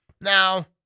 Now